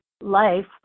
life